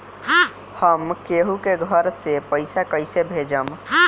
हम केहु के घर से पैसा कैइसे भेजम?